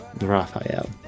Raphael